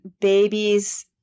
babies